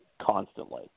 constantly